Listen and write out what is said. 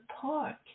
park